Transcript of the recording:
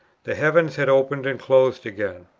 the heavens had opened and closed again.